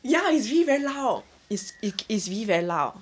ya it's really very loud is it is really very loud